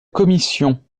commission